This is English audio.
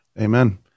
Amen